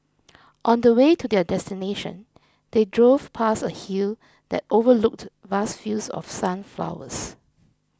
on the way to their destination they drove past a hill that overlooked vast fields of sunflowers